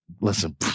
listen